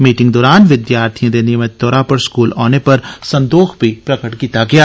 meeting दौरान विद्यार्थिएं दे नियमित तौरा पर स्कूल कालेज औने पर संदोख प्रगट कीता गेआ